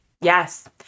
Yes